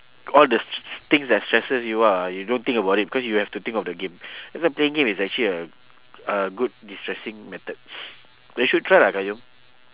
all the str~ s~ things that stresses you out ah you don't think about it because you have to think of the game that's why playing game is actually a a good destressing method you should try ah qayyum